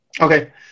Okay